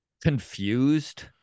Confused